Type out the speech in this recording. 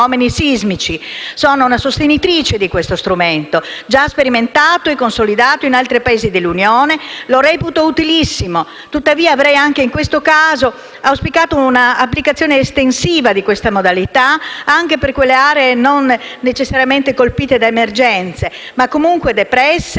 Sono una sostenitrice di questo strumento, già sperimentato e consolidato in altri Paesi dell'Unione. Io lo reputo utilissimo. Tuttavia, avrei anche in questo caso auspicato una applicazione estensiva di questa modalità anche per quelle aree non necessariamente colpite da emergenze, ma comunque depresse,